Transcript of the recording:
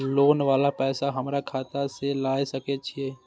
Loan वाला पैसा हमरा खाता से लाय सके छीये?